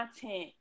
content